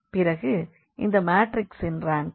பிறகு இந்த மாற்றிக்ஸின் ரேங்க்